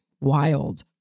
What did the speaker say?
wild